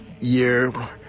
year